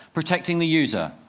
protecting the user.